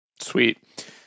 Sweet